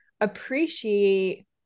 appreciate